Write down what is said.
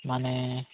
ᱢᱟᱱᱮ